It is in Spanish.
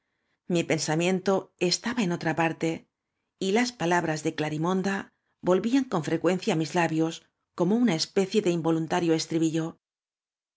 mi pensamiento estaba en otra parte y las palabras de giari monda volvían coa frecuoncia á mis labios como una especie de involuntario estribillo